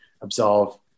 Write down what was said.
absolve